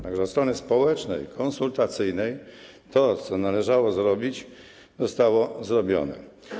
Tak że od strony społecznej, konsultacyjnej to, co należało zrobić, zostało zrobione.